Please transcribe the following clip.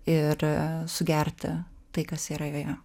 ir sugerti tai kas yra joje